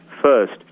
First